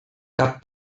cap